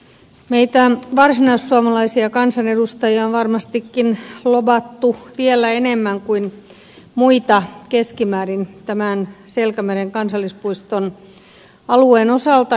meitä varsinaissuomalaisia kansanedustajia on varmastikin lobattu vielä enemmän kuin muita keskimäärin tämän selkämeren kansallispuiston alueen osalta